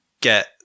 get